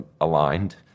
aligned